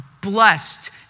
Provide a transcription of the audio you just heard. blessed